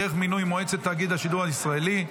דרך מינוי מועצת תאגיד השידור הישראלי),